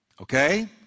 Okay